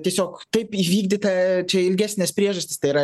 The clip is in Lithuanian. tiesiog taip įvykdyta čia ilgesnės priežastys tai yra